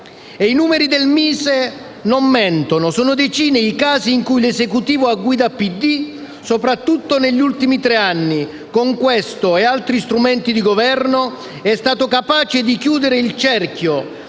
I numeri del MISE non mentono: sono decine i casi in cui l'Esecutivo a guida PD, soprattutto negli ultimi tre anni, con questo e altri strumenti di governo è stato capace di chiudere il cerchio,